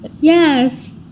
Yes